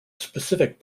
specific